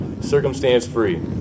circumstance-free